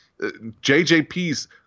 JJP's